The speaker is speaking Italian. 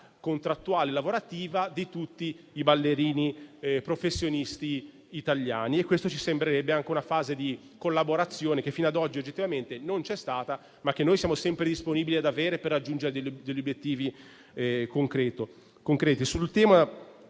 contrattuale lavorativa di tutti i ballerini professionisti italiani. Questa ci sembrerebbe anche una fase di collaborazione che fino ad oggi oggettivamente non c'è stata, ma che siamo sempre disponibili ad avere per raggiungere obiettivi concreti.